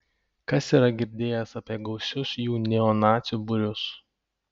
kas yra girdėjęs apie gausius jų neonacių būrius